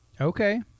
okay